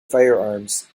firearms